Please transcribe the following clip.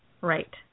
right